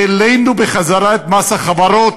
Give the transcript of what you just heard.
והעלינו בחזרה את מס החברות,